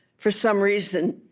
for some reason,